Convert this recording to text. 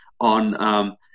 on